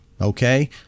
okay